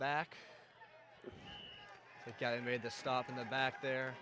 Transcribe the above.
back and made the stop in the back there